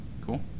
cool